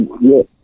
Yes